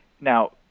Now